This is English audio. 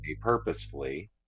purposefully